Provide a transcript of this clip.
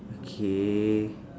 okay